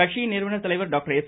கட்சியின் நிறுவனர் தலைவர் டாக்டர் எஸ்